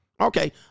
Okay